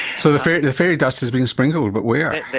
so the fairy fairy dust has been sprinkled, but where? but